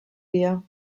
wir